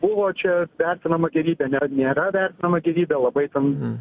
buvo čia vertinama gyvybė ne nėra vertinama gyvybė labai ten